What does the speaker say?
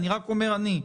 אני רק אומר על עצמי,